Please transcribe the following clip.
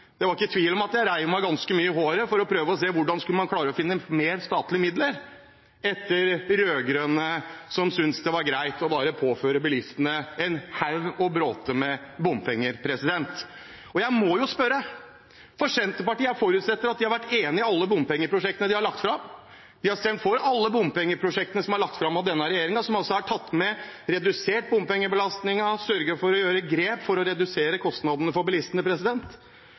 ikke tvil om at jeg rev meg ganske mye i håret for å prøve å se hvordan man skulle klare å finne mer statlige midler etter de rød-grønne, som syntes det var greit bare å påføre bilistene en bråte med bompenger. Jeg må jo spørre – jeg forutsetter at Senterpartiet har vært enig i alle bompengeprosjektene vi har lagt fram, for de har stemt for alle bompengeprosjektene som er lagt fram av denne regjeringen, og som altså har redusert bompengebelastningen og sørget for å ta grep for å redusere kostnadene for bilistene: